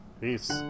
Peace